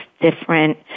different